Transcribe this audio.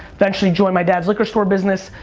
eventually joined my dad's liquor store business.